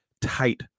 tight